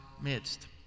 midst